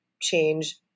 change